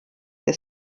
des